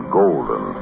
golden